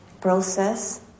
process